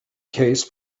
case